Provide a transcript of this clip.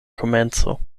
komenco